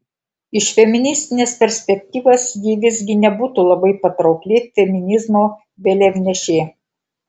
iš feministinės perspektyvos ji visgi nebūtų labai patraukli feminizmo vėliavnešė